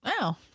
Wow